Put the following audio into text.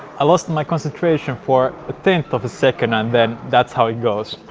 i lost my concentration for a tenth of a second and then that's how it goes!